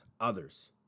others